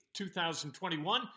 2021